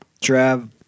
Trav